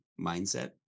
mindset